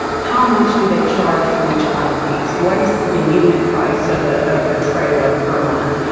how much do they charge for each one of these? what is the unit price of ah of a trailer per month?